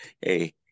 Hey